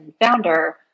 founder